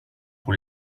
pour